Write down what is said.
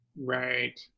Right